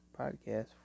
podcast